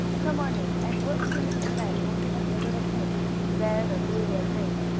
come on in, and we'll see if the men will give us a little paint red, or blue or green.